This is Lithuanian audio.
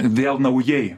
vėl naujai